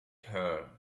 her